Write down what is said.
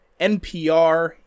NPR